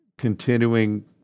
continuing